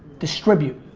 distribute.